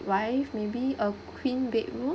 wife maybe a queen bedroom